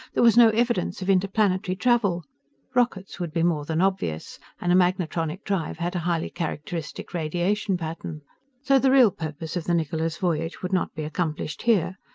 there was no evidence of interplanetary travel rockets would be more than obvious, and a magnetronic drive had a highly characteristic radiation-pattern so the real purpose of the niccola's voyage would not be accomplished here.